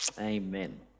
amen